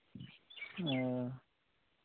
ᱚ